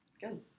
good